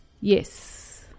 Yes